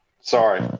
Sorry